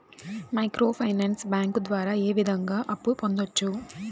micro finance bank ద్వారా ఏ విధంగా అప్పు పొందొచ్చు